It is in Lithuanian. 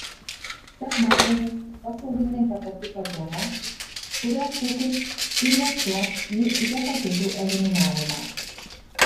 sekmadienis pasaulinė hepatito diena kurios šūkis investuok į hepatitų eliminavimą